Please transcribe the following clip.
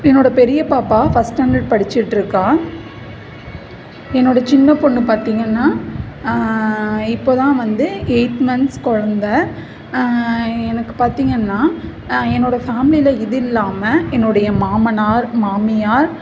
என்னோடய பெரிய பாப்பா ஃபஸ்ட் ஸ்டாண்டர்ட் படிச்சிகிட்ருக்கா என்னோடய சின்னப் பொண்ணு பார்த்திங்கன்னா இப்போ தான் வந்து எயித் மந்த்ஸ் குழந்த எனக்கு பார்த்திங்கன்னா என்னோடய ஃபேமிலியில இது இல்லாமல் என்னோடய மாமனார் மாமியார்